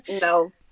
No